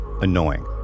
annoying